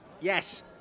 Yes